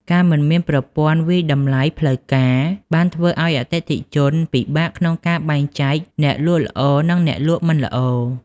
ការមិនមានប្រព័ន្ធវាយតម្លៃផ្លូវការបានធ្វើឱ្យអតិថិជនពិបាកក្នុងការបែងចែកអ្នកលក់ល្អនិងអ្នកលក់មិនល្អ។